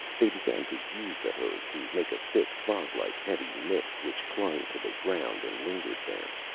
they began to use the hose to make a thick, foglike, heavy mist which clung to the ground and lingered there.